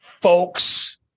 folks